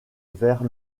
vers